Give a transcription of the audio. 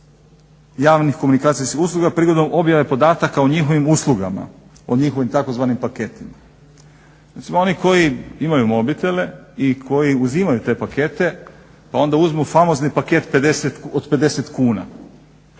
javnih komunikacijskih usluga prigodom objave podataka o njihovim uslugama, o njihovim tzv. paketima. Recimo oni koji imaju mobitele i koji uzimaju te pakete, pa onda uzmu famozni paket od 50 kuna.